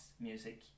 music